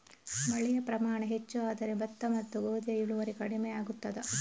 ಮಳೆಯ ಪ್ರಮಾಣ ಹೆಚ್ಚು ಆದರೆ ಭತ್ತ ಮತ್ತು ಗೋಧಿಯ ಇಳುವರಿ ಕಡಿಮೆ ಆಗುತ್ತದಾ?